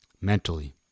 Mentally